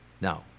Now